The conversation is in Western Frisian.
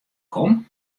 kom